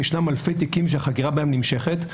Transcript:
יש אלפי תיקים שהחקירה בהם נמשכת.